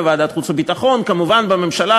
בוועדת חוץ וביטחון וכמובן בממשלה,